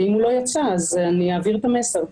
ואם הוא לא יצא אז אעביר את המסר,